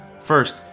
First